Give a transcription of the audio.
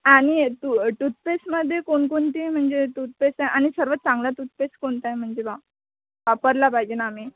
आणि टू टूथपेसमध्ये कोणकोणती म्हणजे टूथपेस्ट आणि सर्वात चांगला टूथपेस्ट कोणता आहे म्हणजे वा वापरला पाहिजे ना आम्ही